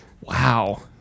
Wow